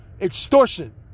Extortion